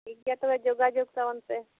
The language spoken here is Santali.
ᱴᱷᱤᱠ ᱜᱮᱭᱟ ᱛᱚᱵᱮ ᱡᱳᱜᱟᱡᱳᱜ ᱛᱟᱵᱚᱱ ᱯᱮ